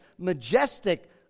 majestic